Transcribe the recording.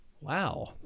wow